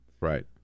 Right